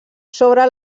sobre